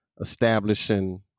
establishing